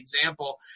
example